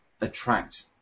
attract